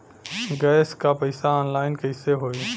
Gas क पैसा online कइसे होई?